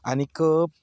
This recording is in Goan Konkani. आनी